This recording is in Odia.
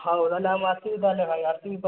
ହଉ ରହିଲି ମୁଁ ଆସିବି ତାହେଲେ ଭାଇ ଆସିବି ତ